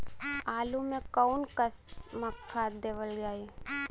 आलू मे कऊन कसमक खाद देवल जाई?